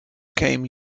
came